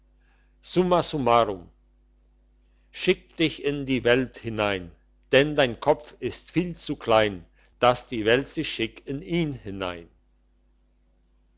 summa summarum schick dich in die welt hinein denn dein kopf ist viel zu klein dass die welt sich schick in ihn hinein